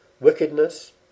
wickedness